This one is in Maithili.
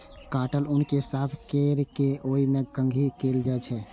काटल ऊन कें साफ कैर के ओय मे कंघी कैल जाइ छै